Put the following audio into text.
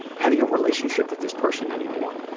having a relationship with this person anymore.